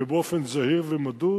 ובאופן זהיר ומדוד,